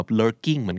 lurking